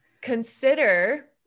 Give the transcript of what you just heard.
Consider